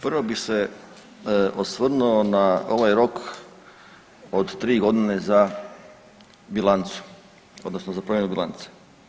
Prvo bih se osvrnuo na ovaj rok od tri godine za bilancu, odnosno za promjenu bilance.